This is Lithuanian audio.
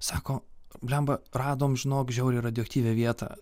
sako bliamba radom žinok žiauriai radioaktyvią vietą